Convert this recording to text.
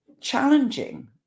challenging